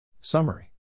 Summary